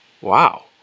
Wow